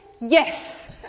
yes